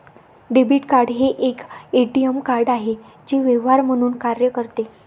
debit card हे एक ATM card आहे जे व्यवहार म्हणून कार्य करते